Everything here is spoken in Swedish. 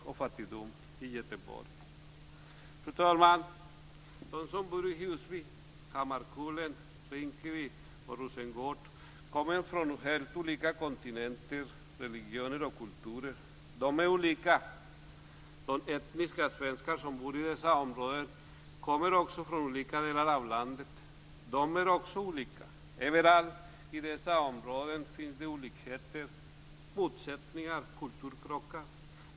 De som bor i Husby, Hammarkullen, Rinkeby och Rosengård kommer från helt olika kontinenter, religioner och kulturer. De är olika. De "etniska svenskar" som bor i dessa områden kommer också från olika delar av landet. De är också olika. Överallt i dessa områden finns det olikheter, motsättningar och kulturkrockar.